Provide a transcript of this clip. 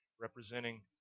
representing